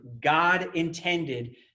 God-intended